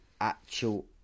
actual